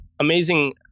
amazing